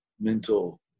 mental